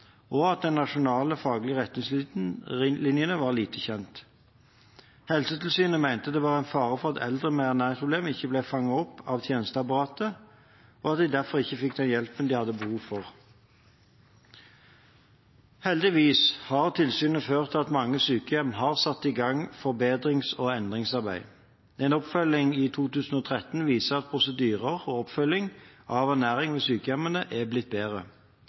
og at den nasjonale, faglige retningslinjen var lite kjent. Helsetilsynet mente at det var fare for at eldre med ernæringsproblem ikke ble fanget opp av tjenesteapparatet, og at de derfor ikke fikk den hjelpen de hadde behov for. Heldigvis har tilsynet ført til at mange sykehjem har satt i gang forbedrings- og endringsarbeid. En oppfølging i 2013 viste at prosedyrer og oppfølging av ernæring ved sykehjemmene er blitt bedre.